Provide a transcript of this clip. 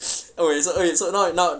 okay so okay so now now